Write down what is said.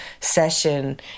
session